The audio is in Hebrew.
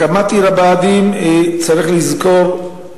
הקמת עיר הבה"דים, צריך לזכור,